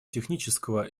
технического